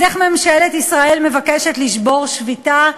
אז איך ממשלת ישראל מבקשת לשבור שביתה?